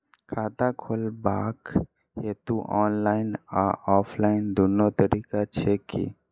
खाता खोलेबाक हेतु ऑनलाइन आ ऑफलाइन दुनू तरीका छै की?